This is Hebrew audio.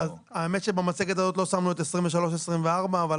האמת שבמצגת הזאת לא שמנו את 2023 2024, אבל